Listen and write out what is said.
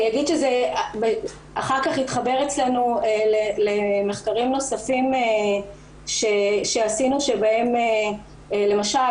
אגיד שזה אחר כך התחבר אצלנו למחקרים נוספים שעשינו שבהם למשל,